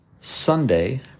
Sunday